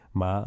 ma